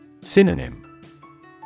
Synonym